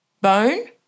bone